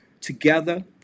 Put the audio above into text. together